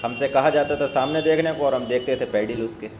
ہم سے کہا جاتا تھا سامنے دیکھنے کو اور ہم دیکھتے تھے پیڈل اس کے